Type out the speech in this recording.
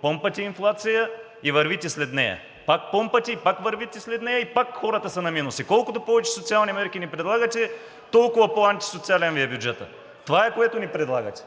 Помпате инфлация и вървите след нея. Пак помпате и пак вървите след нея, и пак хората са на минус. И колкото повече социални мерки ни предлагате, толкова по-антисоциален Ви е бюджетът. Това е, което ни предлагате.